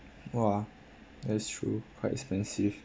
!wah! that's true quite expensive